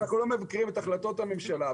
אנחנו לא מכירים החלטות הממשלה,